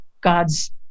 God's